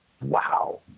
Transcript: wow